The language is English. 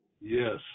Yes